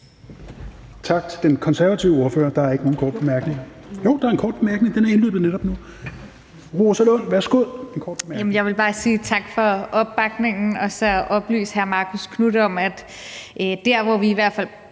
Tak til den konservative ordfører. Der er ikke nogen korte bemærkninger. Jo, der er en kort bemærkning, og den er indløbet netop nu. Fru Rosa Lund, værsgo. Kl. 16:23 Rosa Lund (EL): Jeg vil bare sige tak for opbakningen og så oplyse hr. Marcus Knuth om, at det, vi i hvert fald